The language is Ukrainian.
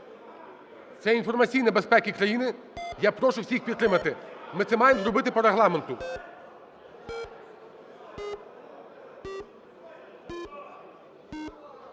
Це інформаційна безпека країни, я прошу всіх підтримати, ми це маємо зробити по Регламенту.